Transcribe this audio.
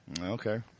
Okay